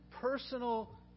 personal